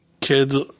kids